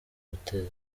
guteza